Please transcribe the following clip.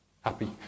happy